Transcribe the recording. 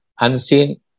unseen